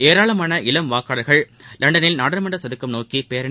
ஏராளமான இளம் வாக்காளர்கள் லண்டனில் நாடாளுமன்ற சதுக்கம் நோக்கி பேரணி நடத்தினர்